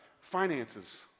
Finances